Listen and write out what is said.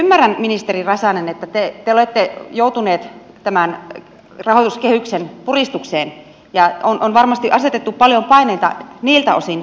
ymmärrän ministeri räsänen että te olette joutunut tämän rahoituskehyksen puristukseen ja on varmasti asetettu paljon paineita niiltä osin